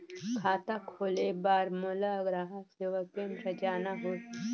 खाता खोले बार मोला ग्राहक सेवा केंद्र जाना होही?